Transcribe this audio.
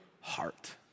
heart